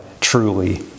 truly